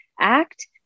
act